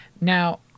Now